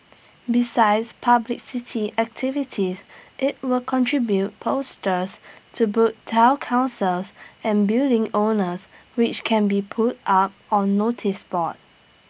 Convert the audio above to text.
besides publicity activities IT will contribute posters to Town councils and building owners which can be put up on noticeboards